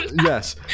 yes